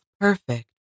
perfect